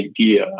idea